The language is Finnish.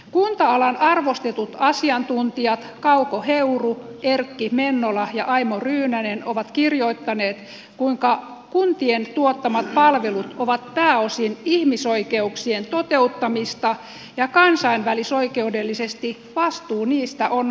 kunta alan arvostetut asiantuntijat kauko heuru erkki mennola ja aimo ryynänen ovat kirjoittaneet kuinka kuntien tuottamat palvelut ovat pääosin ihmisoikeuksien toteuttamista ja kansainvälisoikeudellisesti vastuu niistä on valtiolla